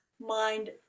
mind